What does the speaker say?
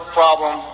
problem